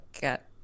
get